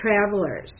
travelers